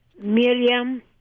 Miriam